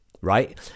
right